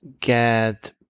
get